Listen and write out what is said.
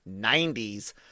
90s